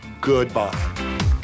goodbye